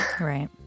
right